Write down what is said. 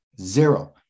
zero